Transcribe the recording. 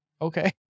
okay